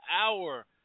hour